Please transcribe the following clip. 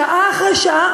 שעה אחרי שעה,